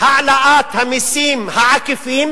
העלאת המסים העקיפים